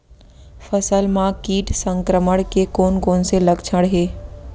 फसल म किट संक्रमण के कोन कोन से लक्षण हे?